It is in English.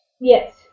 Yes